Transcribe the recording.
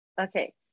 Okay